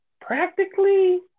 practically